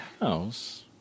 house